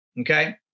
okay